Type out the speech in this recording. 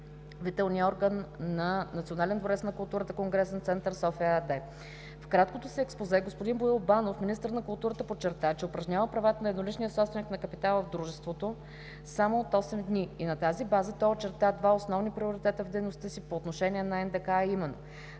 управителния орган на „Национален дворец на културата – Конгресен център София“ ЕАД. В краткото си експозе господин Боил Банов – министър на културата, подчерта, че упражнява правата на едноличния собственик на капитала на дружеството само от осем дни. На тази база той очерта два основни приоритета в дейността си по отношение на НДК, а именно: